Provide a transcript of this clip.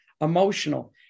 emotional